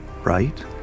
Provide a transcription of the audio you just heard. Right